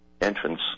entrance